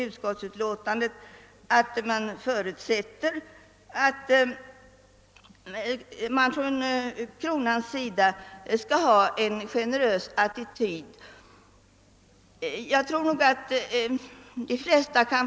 Utskottet förutsätter emellertid att man från kronans sida skall inta en generös attityd.